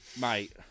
mate